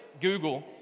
Google